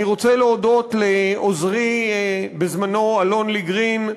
אני רוצה להודות לעוזרי בזמנו, אלון לי גרין,